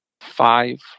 five